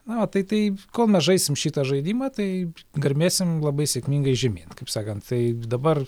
na va tai tai kol mes žaisim šitą žaidimą tai garmėsim labai sėkmingai žemyn kaip sakant tai dabar